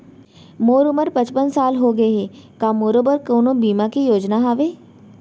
मोर उमर पचपन साल होगे हे, का मोरो बर कोनो बीमा के योजना हावे?